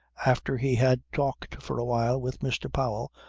after he had talked for a while with mr. powell,